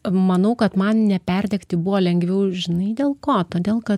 manau kad man neperdegti buvo lengviau žinai dėl ko todėl kad